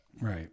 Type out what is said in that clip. Right